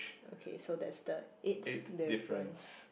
okay so that's the eighth difference